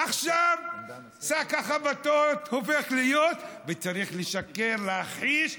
עכשיו שק החבטות הופך להיות, וצריך לשקר, להכחיש,